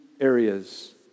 areas